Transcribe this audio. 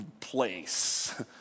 place